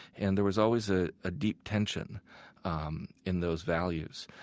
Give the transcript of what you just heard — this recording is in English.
and there was always a ah deep tension um in those values.